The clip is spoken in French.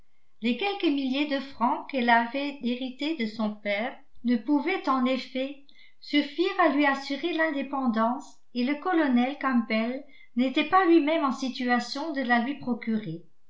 les quelques milliers de francs qu'elle avait hérités de son père ne pouvaient en effet suffire à lui assurer l'indépendance et le colonel campbell n'était pas lui-même en situation de la lui procurer